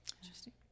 Interesting